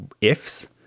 ifs